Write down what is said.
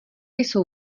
jsou